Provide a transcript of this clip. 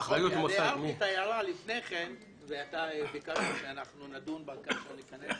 הערתי את ההערה לפני כן ואתה ביקשת שאנחנו נדון בה כאשר ניכנס